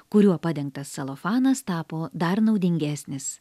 kuriuo padengtas celofanas tapo dar naudingesnis